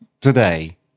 today